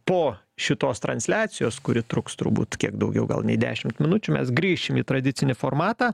po šitos transliacijos kuri truks turbūt kiek daugiau gal nei dešimt minučių mes grįšim į tradicinį formatą